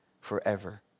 forever